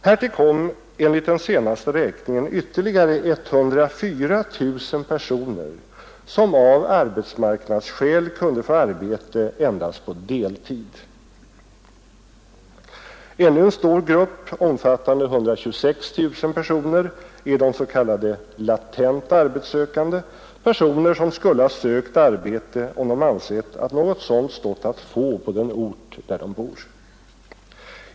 Härtill kom enligt den senaste räkningen ytterligare 104 000 personer som av arbetsmarknadsskäl kunde få arbete endast på deltid. Ännu en stor grupp omfattande 126 000 personer är de s.k. latent arbetssökande, personer som skulle ha sökt arbete om de ansett att något sådant stått att få på den ort där de bor.